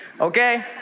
okay